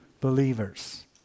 believers